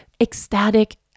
ecstatic